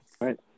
Right